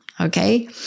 okay